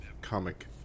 comic